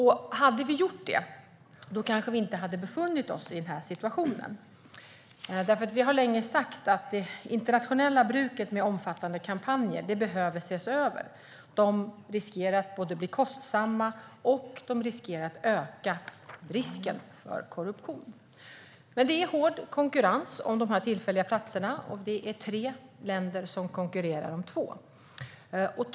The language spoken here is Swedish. Hade vi gjort det kanske vi inte hade befunnit oss i den här situationen. Vi har nämligen länge sagt att det internationella bruket med omfattande kampanjer behöver ses över. De riskerar både att bli kostsamma och att öka risken för korruption. Det är dock hård konkurrens om dessa tillfälliga platser, och det är tre länder som konkurrerar om två platser.